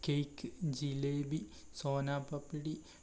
cake jalebi soan papdi